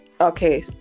Okay